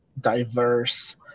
diverse